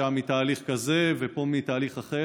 שם מתהליך כזה ופה מתהליך אחר.